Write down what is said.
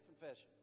confession